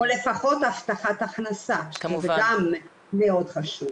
או לפחות הבטחת הכנסה, שזה גם מאוד חשוב.